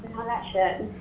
got shit.